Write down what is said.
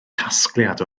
casgliad